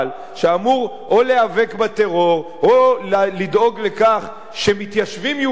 שאמור או להיאבק בטרור או לדאוג לכך שמתיישבים יהודים לא